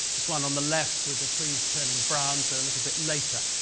this one on the left with the trees turning brown so a little bit later.